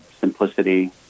simplicity